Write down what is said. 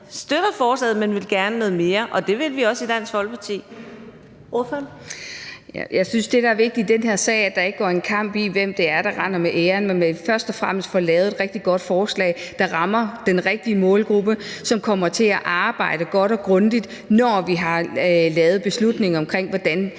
Ordføreren. Kl. 11:07 Charlotte Broman Mølbæk (SF): Jeg synes, at det, der er vigtigt i den her sag, er, at der ikke går kamp i, hvem det er, der render med æren, men at man først og fremmest får lavet et rigtig godt forslag, der rammer den rigtige målgruppe, og man kommer til at arbejde godt og grundigt, når vi har taget beslutningen om, hvordan